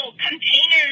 containers